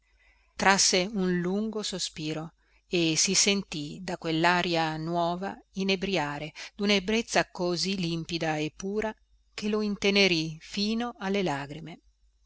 peschi trasse un lungo sospiro e si sentì da quellaria nuova inebriare duna ebrezza così limpida e pura che lo intenerì fino alle lagrime